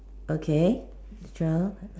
okay extra